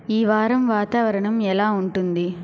ఈ వారం వాతావరణం ఎలా ఉంటుంది